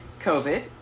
COVID